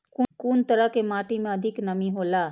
कुन तरह के माटी में अधिक नमी हौला?